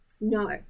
no